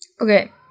Okay